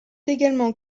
également